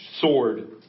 sword